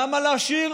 למה להשאיר